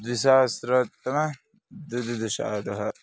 द्विसहस्रतमः द्विदिशाधिकः